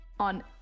on